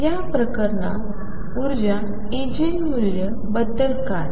या प्रकरणात ऊर्जा इगेन मूल्यं बद्दल काय